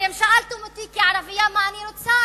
שאלתם אותי כערבייה מה אני רוצה?